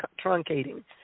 truncating